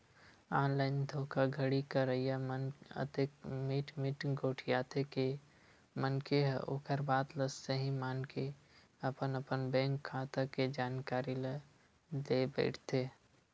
online धोखाघड़ी करइया मन अतेक मीठ मीठ गोठियाथे के मनखे ह ओखर बात ल सहीं मानके अपन अपन बेंक खाता के जानकारी ल देय बइठथे